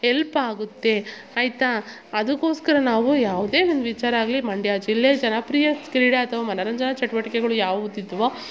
help ಆಗುತ್ತೆ ಆಯಿತಾ ಅದಕ್ಕೋಸ್ಕರ ನಾವು ಯಾವುದೆ ಒಂದು ವಿಚಾರ ಆಗ್ಲಿ ಮಂಡ್ಯ ಜಿಲ್ಲೆ ಜನಪ್ರಿಯ ಕ್ರೀಡೆ ಅಥವ ಮನರಂಜನ ಚಟುವಟಿಕೆಗಳು ಯಾವುದಿದ್ದವೊ